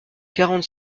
quarante